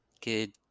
kid